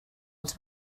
els